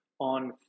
on